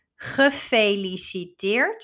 gefeliciteerd